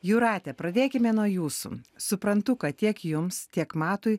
jūrate pradėkime nuo jūsų suprantu kad tiek jums tiek matui